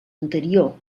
anterior